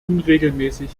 unregelmäßig